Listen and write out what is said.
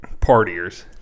partiers